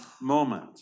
moment